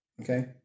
Okay